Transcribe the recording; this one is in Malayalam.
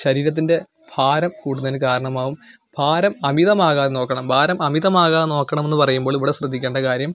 ശരീരത്തിൻ്റെ ഭാരം കൂടുന്നതിന് കാരണമാവും ഭാരം അമിതമാകാതെ നോക്കണം ഭാരം അമിതമാകാതെ നോക്കണം എന്ന് പറയുമ്പോൾ ഇവിടെ ശ്രദ്ധിക്കേണ്ട കാര്യം